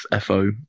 FO